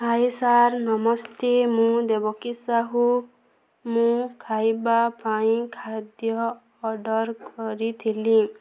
ହାଏ sir ନମସ୍ତେ ମୁଁ ଦେବକୀ ସାହୁ ମୁଁ ଖାଇବା ପାଇଁ ଖାଦ୍ୟ ଅର୍ଡ଼ର କରିଥିଲି